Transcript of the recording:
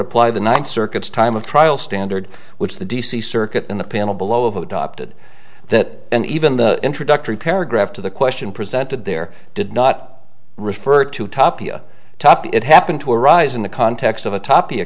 apply the ninth circuit's time of trial standard which the d c circuit in the panel below of adopted that and even the introductory paragraph to the question presented there did not refer to tapia toppy it happened to arise in the context of a tapi